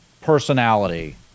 personality